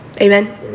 Amen